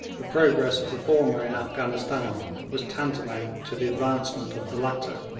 the progress of the former in afghanistan was tantamount to the advancement of the latter.